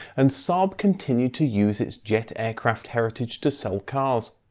and saab continued to use its jet aircraft heritage to sell cars.